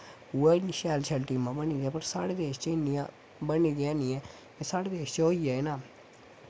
उ'ऐ इन्नी शैल शैल टीमां बनी दियां पर साढ़े देश च इ'न्नियां बनी दियां नी हैन ते साढ़े देश च होई जाए न